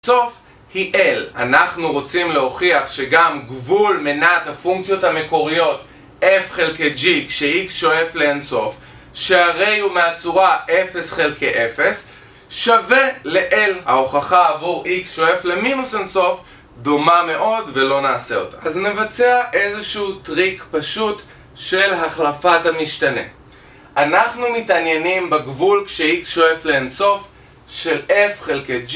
אין סוף היא אל, אנחנו רוצים להוכיח שגם גבול מנת הפונקציות המקוריות f חלקי g כש-x שואף לאין סוף שהרי הוא מהצורה 0 חלקי 0 שווה לאל, ההוכחה עבור x שואף למינוס אין סוף דומה מאוד ולא נעשה אותה אז נבצע איזשהו טריק פשוט של החלפת המשתנה אנחנו מתעניינים בגבול כש-x שואף לאין סוף של f חלקי g